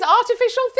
artificial